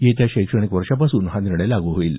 येत्या शैक्षणिक वर्षापासून हा निर्णय लागू होईल